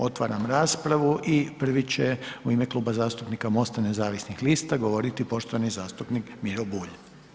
Otvaram raspravu i prvi će u ime Kluba zastupnika MOST-a nezavisnih lista govoriti poštovani zastupnik Miro Bulj.